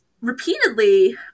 repeatedly